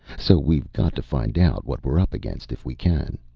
so we've got to find out what we're up against, if we can.